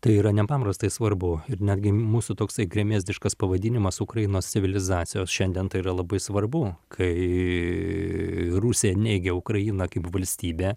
tai yra nepaprastai svarbu ir netgi mūsų toksai gremėzdiškas pavadinimas ukrainos civilizacijos šiandien tai yra labai svarbu kai rusija neigia ukrainą kaip valstybę